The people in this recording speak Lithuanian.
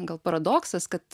gal paradoksas kad